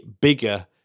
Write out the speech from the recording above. bigger